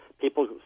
People